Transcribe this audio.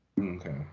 Okay